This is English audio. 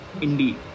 Indeed